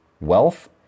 wealth